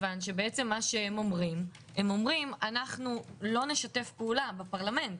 בעצם מה שהם אומרים הם אומרים: אנחנו לא נשתף פעולה בפרלמנט,